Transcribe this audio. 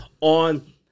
on